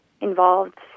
involved